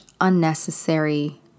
unnecessary